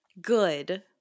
good